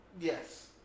Yes